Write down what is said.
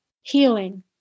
healing